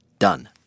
done